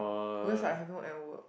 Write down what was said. because I haven't end work